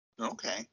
okay